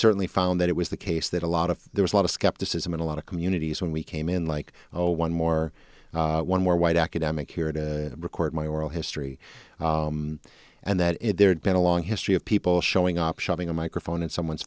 certainly found that it was the case that a lot of there was a lot of skepticism in a lot of communities when we came in like oh one more one more white academic here to record my oral history and that there'd been a long history of people showing up shoving a microphone in someone's